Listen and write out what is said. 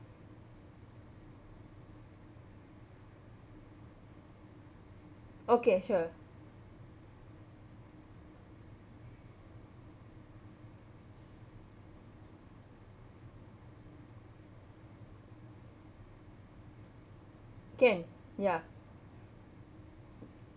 okay sure can ya